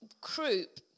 croup